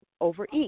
overeat